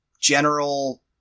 general